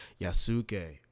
Yasuke